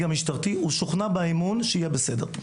המשטרתי הוא שוכנע באמון שיהיה בסדר.